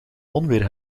onweer